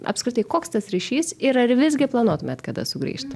apskritai koks tas ryšys ir ar visgi planuotumėt kada sugrįžt